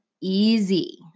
easy